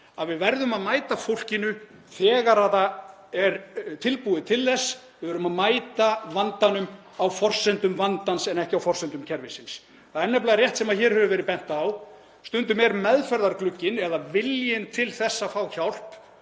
að við verðum að mæta fólkinu þegar það er tilbúið til þess. Við verðum að mæta vandanum á forsendum vandans en ekki á forsendum kerfisins. Það er nefnilega rétt sem hér hefur verið bent á að stundum getur meðferðarglugginn eða viljinn til þess að fá hjálp